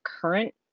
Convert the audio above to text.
current